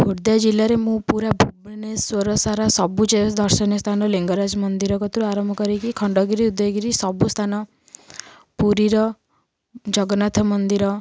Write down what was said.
ଖୋର୍ଦ୍ଦା ଜିଲ୍ଲାରେ ମୁଁ ପୁରା ଭୁବନେଶ୍ୱର ସାରା ସବୁ ଦର୍ଶନୀୟ ସ୍ଥାନ ଲିଙ୍ଗରାଜ ମନ୍ଦିର କତୁରୁ ଆରମ୍ଭ କରିକି ଖଣ୍ଡଗିରି ଉଦୟଗିରି ସବୁ ସ୍ଥାନ ପୁରୀର ଜଗନ୍ନାଥ ମନ୍ଦିର